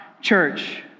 church